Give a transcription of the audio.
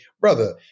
brother